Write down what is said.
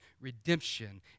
redemption